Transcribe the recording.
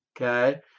okay